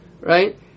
right